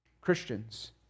Christians